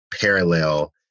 parallel